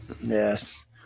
Yes